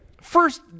first